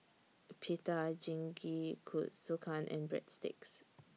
Pita and Breadsticks